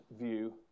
view